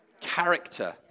character